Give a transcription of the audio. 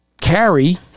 carry